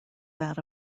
that